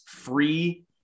free